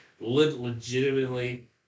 legitimately